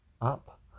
up